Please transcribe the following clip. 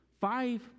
five